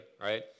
right